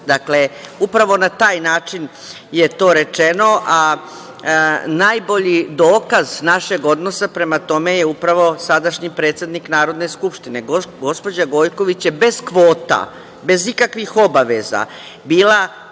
je 50%.Upravo na taj način je to rečeno, a najbolji dokaz našeg odnosa prema tome je upravo sadašnji predsednik Narodne skupštine. Gospođa Gojković je bez kvota, bez ikakvih obaveza, bila